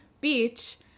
beach